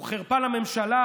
הוא חרפה לממשלה,